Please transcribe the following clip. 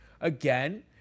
Again